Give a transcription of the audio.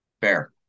Fair